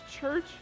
church